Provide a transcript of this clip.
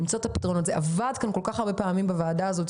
זה עבד כל כך הרבה פעמים בוועדה הזאת,